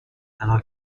تنها